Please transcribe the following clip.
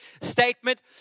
statement